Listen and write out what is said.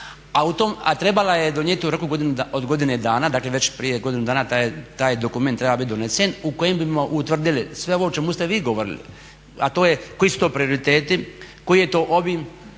a trebala je donijeti u roku od godine dana. Dakle, već prije godinu dana taj je dokument trebao biti donesen u kojemu bismo utvrdili sve ovo o čemu ste vi govorili, a to je koji su to prioriteti, koji je to obim,